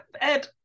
Ed